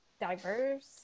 diverse